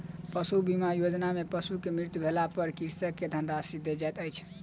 पशु बीमा योजना में पशु के मृत्यु भेला पर कृषक के धनराशि देल जाइत अछि